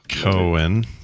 Cohen